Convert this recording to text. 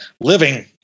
living